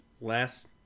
last